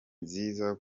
nziza